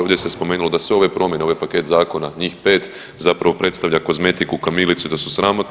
Ovdje ste spomenuli da sve ove promjene, ovaj paket zakona njih 5 zapravo predstavlja kozmetiku, kamilicu, da su sramotni.